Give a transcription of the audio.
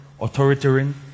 authoritarian